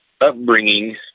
upbringing